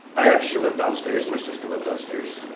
i actually live downstairs. my sister lives upstairs,